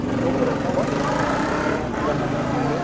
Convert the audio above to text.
जोंथ' बोराइखाबाय मोनजाहैखानाय नंलिया